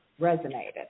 resonated